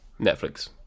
Netflix